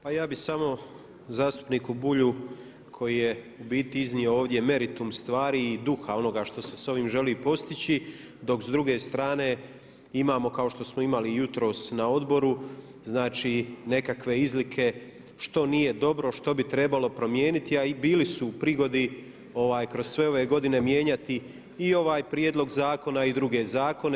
Pa ja bi samo zastupniku Bulju koji je u biti iznio ovdje meritum stvari i duha onoga što se s ovim želi postići dok s druge strane imamo kao što smo imali jutros na odboru znači nekakve izlike što nije dobro, što bi trebalo promijeniti a bili su u prigodi kroz sve ove godine mijenjati i ovaj prijedlog zakona i druge zakone.